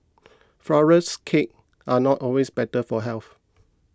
Flourless Cakes are not always better for health